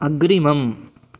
अग्रिमम्